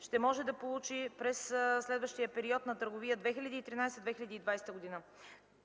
ще може да получи през следващия период на търговия (2013-2020 г.).